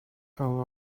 all